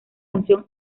función